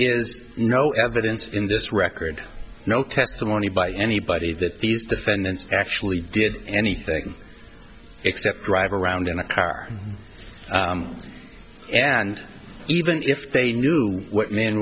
is no evidence in this record no testimony by anybody that these defendants actually did anything except drive around in a car and even if they knew what m